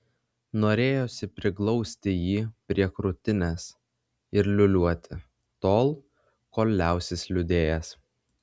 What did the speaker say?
norėjosi priglausti jį prie krūtinės ir liūliuoti tol kol liausis liūdėjęs